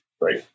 right